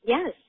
Yes